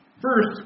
first